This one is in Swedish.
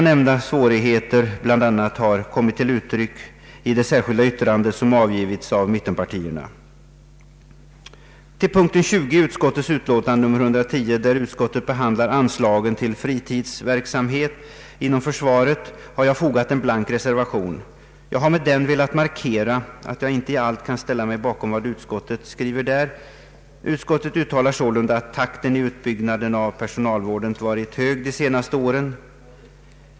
Nämnda svårigheter har bl.a. kommit till uttryck i det särskilda yttrande som avgivits av representanter för mittenpartierna. Under punkten 20 i utskottets utlåtande nr 110, där utskottet behandlar anslagen till fritidsverksamhet m.m. inom försvaret, har jag fogat en blank re servation. Jag har därmed velat markera att jag inte i allt kan ställa mig bakom vad utskottet skriver. Utskottet uttalar sålunda att takten i utbyggnaden av personalvården varit hög de senaste åren.